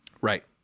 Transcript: Right